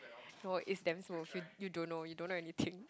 no it's damn smooth you you don't know you don't know anything